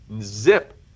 Zip